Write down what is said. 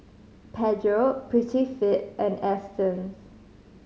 Pedro Prettyfit and Astons